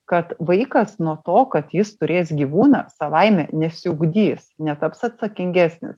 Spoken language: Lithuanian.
kad vaikas nuo to kad jis turės gyvūną savaime nesiugdys netaps atsakingesnis